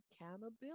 accountability